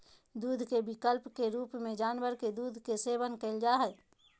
दूध के विकल्प के रूप में जानवर के दूध के सेवन कइल जा हइ